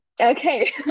okay